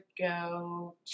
go